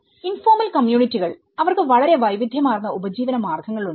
informal കമ്മ്യൂണിറ്റികൾ അവർക്ക് വളരെ വൈവിധ്യമാർന്ന ഉപജീവനമാർഗങ്ങളുണ്ട്